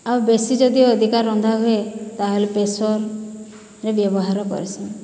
ଆଉ ବେଶୀ ଯଦି ଅଧିକା ରନ୍ଧା ହୁଏ ତା'ହେଲେ ପ୍ରେସରରେ ବ୍ୟବହାର କର୍ସିଁ